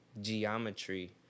geometry